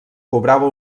cobrava